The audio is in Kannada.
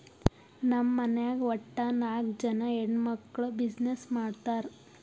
ನಮ್ ಮನ್ಯಾಗ್ ವಟ್ಟ ನಾಕ್ ಜನಾ ಹೆಣ್ಮಕ್ಕುಳ್ ಬಿಸಿನ್ನೆಸ್ ಮಾಡ್ತಾರ್